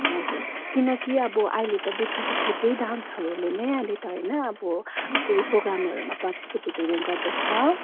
हजुर किनकि अब अहिले त बेसीजस्तो त्यही डान्सहरूले नै अहिले त होइन अब यसरी प्रोग्रामहरूमा पार्टिसिपेट हुने गर्दछ